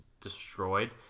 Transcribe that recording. destroyed